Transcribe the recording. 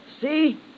See